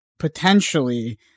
potentially